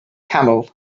camel